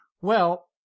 Well